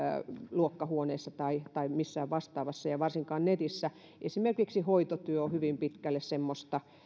luokkahuoneessa tai tai missään vastaavassa ja varsinkaan netissä esimerkiksi hoitotyö on hyvin pitkälle semmoista